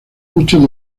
muchos